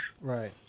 Right